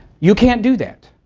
you can't do that.